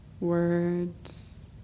words